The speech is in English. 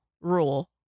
rule